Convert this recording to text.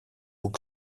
που